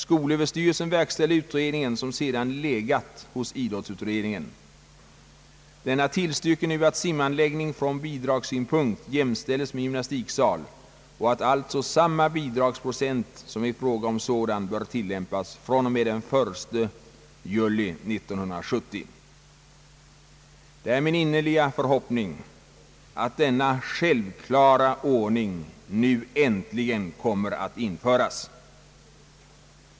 Skolöverstyrelsen verkställde utredningen, som sedan legat hos idrottsutredningen. Denna tillstyrker nu att simanläggning från bidragssynpunkt jämställes med gymnastiksal och att alltså samma bi dragsprocent som i fråga om sådan bör tillämpas fr.o.m. den 1 juli 1970. Det är min innerliga förhoppning att denna självklara ordning nu äntligen kommer att införas.